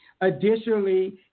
Additionally